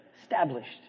established